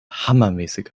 hammermäßig